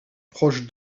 proches